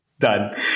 Done